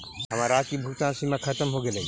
हमर आज की भुगतान सीमा खत्म हो गेलइ